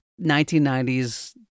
1990s